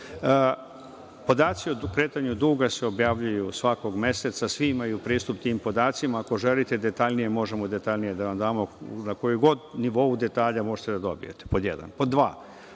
važnih. Podaci o kretanju duga se objavljuju svakog meseca. Svi imaju pristup tim podacima. Ako želite detaljnije, možemo detaljnije da vam damo, na kojem god nivou detalja možete da dobijete, pod jedan. Pod dva,